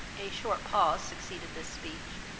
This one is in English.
a short pause succeeded this speech,